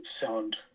sound